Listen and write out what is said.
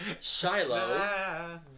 Shiloh